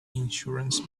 insurance